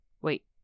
Wait